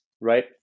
right